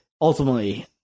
ultimately